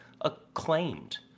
acclaimed